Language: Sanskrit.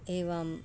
एवम्